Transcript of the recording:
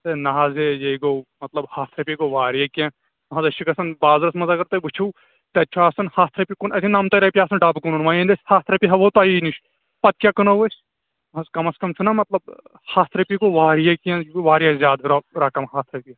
A نہَ حظ اے یے گوٚو مطلب ہتھ رۅپیہِ گوٚو واریاہ کیٚنٛہہ نہَ حظ أسی چھِ گژھان بازارس منٛز اگر تۅہہِ وُچھِو تتہِ چھُ آسان ہَتھ رۅپیہِ کُن نمتَے رۅپیہِ آسان ڈبہٕ کٕنُن وۅنۍ ییٚلہِ اَسہِ ہتھ رۅپیہِ ہیٚوو تۅہہِ نِش پتہٕ کیٛاہ کٕنو أسی نہَ حظ کٔمس کم چھُنا مطلب ہتھ رۅپیہِ گوٚو واریاہ کیٚنٛہہ یہِ گوٚو واریاہ زیادٕ رقم ہتھ رۅپیہِ